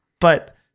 but-